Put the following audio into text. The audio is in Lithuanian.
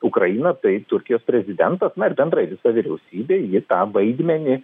ukrainą tai turkijos prezidentas na ir bendrai visa vyriausybė ji tą vaidmenį